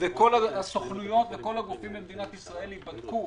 כאשר כל הסוכנויות וכל הגופים במדינת ישראל ייבדקו,